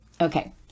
Okay